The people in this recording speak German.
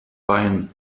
bein